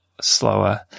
slower